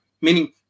meaning